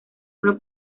uno